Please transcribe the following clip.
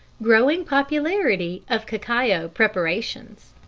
growing popularity of cacao preparations.